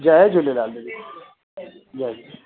जय झूलेलाल दीदी जय झूलेलाल